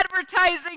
advertising